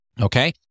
Okay